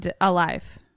alive